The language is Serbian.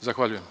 Zahvaljujem.